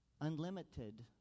Unlimited